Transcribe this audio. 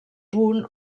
punt